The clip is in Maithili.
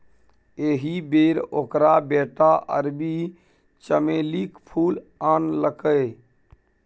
एहि बेर ओकर बेटा अरबी चमेलीक फूल आनलकै